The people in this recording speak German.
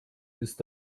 ist